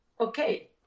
okay